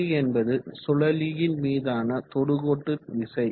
Ft என்பது சுழலியின் மீதான தொடுக்கோட்டு விசை